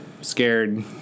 scared